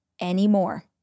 anymore